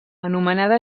anomenada